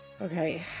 Okay